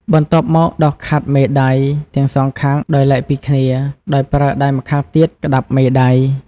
បន្ទាប់មកដុសខាត់មេដៃ ទាំងសងខាងដោយឡែកពីគ្នា ដោយប្រើដៃម្ខាងទៀតក្ដាប់មេដៃ។